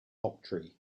octree